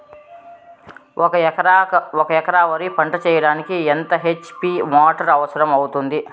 ఒక ఎకరా వరి పంట చెయ్యడానికి ఎంత హెచ్.పి మోటారు అవసరం అవుతుంది?